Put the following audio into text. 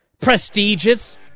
prestigious